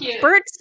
Bert